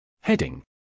Heading